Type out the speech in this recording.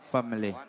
Family